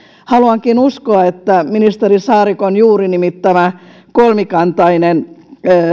haluankin uskoa että ministeri saarikon juuri nimittämä kolmikantainen